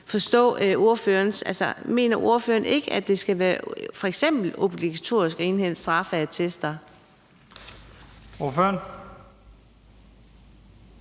Mener ordføreren ikke, at det f.eks. skal være obligatorisk at indhente straffeattester? Kl.